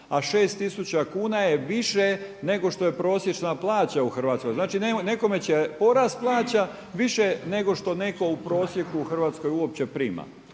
A 6000 kuna je više nego što je prosječna plaća u Hrvatskoj. Znači, nekome će porast plaća više nego što netko u prosjeku u Hrvatskoj uopće prima.